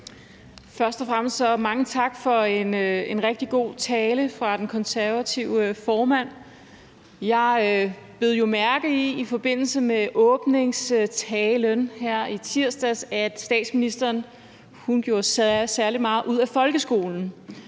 Først og fremmest mange tak for en rigtig god tale af den konservative formand. Jeg bed jo mærke i i forbindelse med åbningstalen her i tirsdags, at statsministeren gjorde særlig meget ud af folkeskolen,